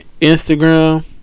Instagram